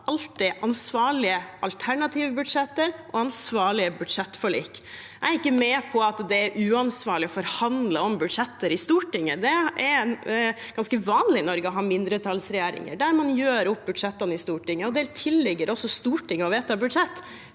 alltid ansvarlige alternative budsjetter og ansvarlige budsjettforlik. Jeg er ikke med på at det er uansvarlig å forhandle om budsjetter i Stortinget. Det er ganske vanlig i Norge å ha mindretallsregjeringer der man gjør opp budsjettene i Stortinget. Det tilligger også Stortinget å vedta budsjett.